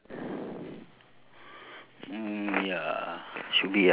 okay then mine is there's a difference ah okay